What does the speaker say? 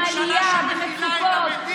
עם עלייה במצוקות,